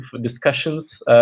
discussions